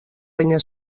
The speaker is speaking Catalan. penya